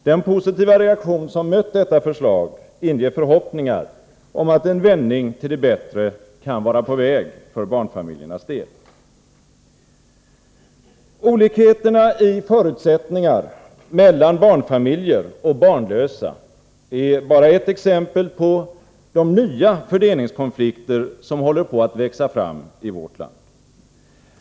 Den positiva reaktion som mött detta förslag inger förhoppningar om att en vändning till det bättre kan vara på väg för barnfamiljernas del. Olikheten i förutsättningar mellan barnfamiljer och barnlösa är bara ett exempel på de nya fördelningskonflikter som håller på att växa fram i vårt land.